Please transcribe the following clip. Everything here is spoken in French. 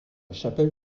chapelle